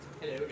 Hello